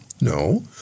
No